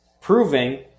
proving